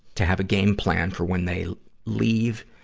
to have a game plan for when they leave,